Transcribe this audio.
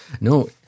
no